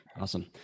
awesome